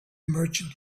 merchant